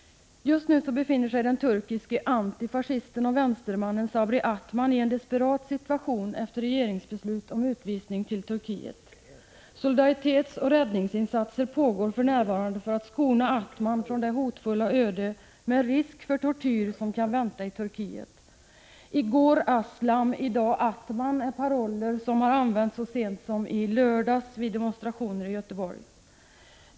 Just nu befinner sig den turkiska antifascisten och vänstermannen Sabri Atman i en desperat situation efter regeringsbeslut om utvisning till Turkiet. Solidaritetsoch räddningsinsatser pågår för närvarande med syfte att skona Atman från det hotfulla öde, med risk för tortyr, som kan vänta i Turkiet. ”I går Aslam — i dag Atman” är en paroll som har använts så sent som i lördags vid demonstrationer i Göteborg.